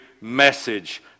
message